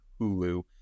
Hulu